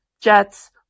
jets